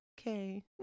okay